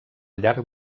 llarg